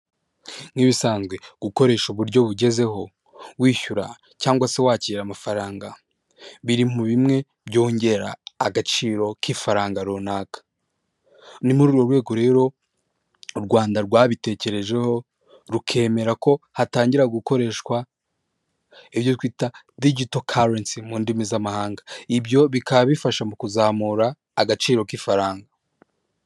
Nk'ibisanzwe gukoresha uburyo bugezweho wishyura cyangwa se wakira amafaranga, biri mu bimwe byongera agaciro k'ifaranga runaka, ni muri urwo rwego rero u Rwanda rwabitekerejeho rukemera ko hatangira gukoreshwa ibyo twita digito karensi mu ndimi z'amahanga, ibyo bikaba bifasha mu kuzamura agaciro k'ifaranga.